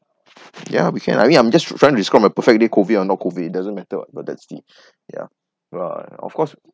ya we can I mean I'm just trying to describe my perfect date COVID or no COVID it doesn't matter [what] but that's the yeah uh of course